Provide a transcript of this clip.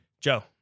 Joe